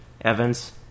Evans